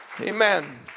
Amen